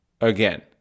again